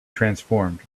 transformed